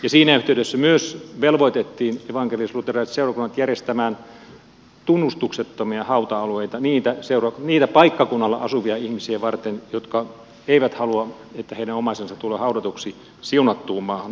siinä yhteydessä myös velvoitettiin evankelisluterilaiset seurakunnat järjestämään tunnustuksettomia hauta alueita niitä paikkakunnalla asuvia ihmisiä varten jotka eivät halua että heidän omaisensa tulee haudatuksi siunattuun maahan kirkon hautausmaahan